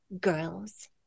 girls